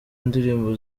ndirimbo